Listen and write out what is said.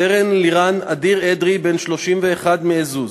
סרן לירן אדיר (אדרי), בן 31, מעזוז,